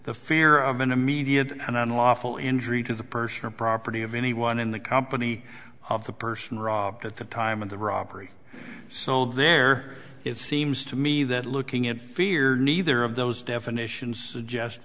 the fear of an immediate and unlawful injury to the person or property of anyone in the company of the person robbed at the time of the robbery sold there it seems to me that looking at fear neither of those definitions just